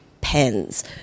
Pens